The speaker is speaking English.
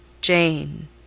Jane